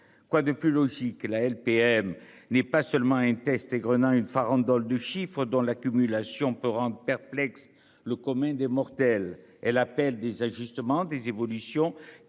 Quoi de plus logique la LPM n'est pas seulement un test égrenant une farandole de chiffres dont l'accumulation peut rendre perplexe le commun des mortels. Elle appelle des ajustements, des évolutions